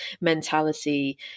mentality